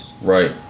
right